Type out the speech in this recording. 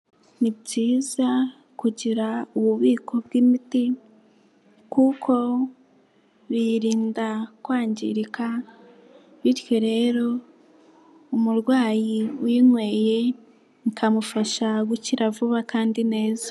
Ni byiza kugira ububiko bw'imiti kuko biyirinda kwangirika bityo rero umurwayi uyinyweye bikamufasha gukira vuba kandi neza.